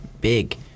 big